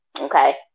Okay